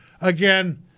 Again